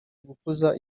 gukuza